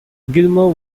gilmour